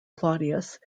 claudius